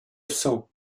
cent